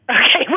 Okay